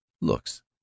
Looks